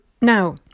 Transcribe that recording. Now